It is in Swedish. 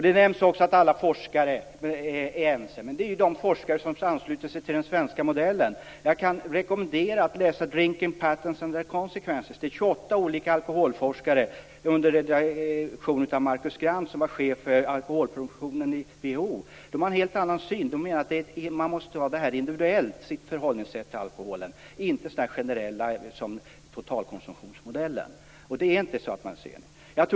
Det nämns också att alla forskare är ense, men det är ju de forskare som ansluter sig till den svenska modellen. Jag kan rekommendera att man läser Drinking Patterns & Their Consequences av 28 alkoholforskare under ledning av Marcus Grant, som var chef för alkoholpreventionen i WHO. De har en helt annan syn. De menar att man måste ha ett individuellt förhållningssätt till alkoholen, inte ett generellt, som i totalkonsumtionsmodellen.